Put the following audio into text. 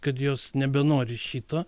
kad jos nebenori šito